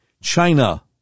China